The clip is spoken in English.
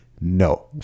no